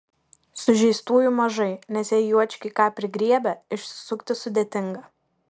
sužeistųjų mažai nes jei juočkiai ką prigriebia išsisukti sudėtinga